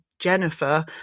Jennifer